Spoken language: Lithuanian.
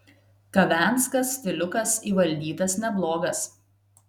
kavenskas stiliukas įvaldytas neblogas